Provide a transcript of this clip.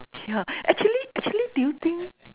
yeah actually actually do you think